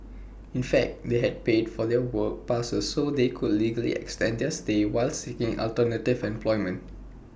in fact they had paid for the work passes so they could legally extend their while seeking alternative employment